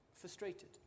frustrated